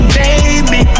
baby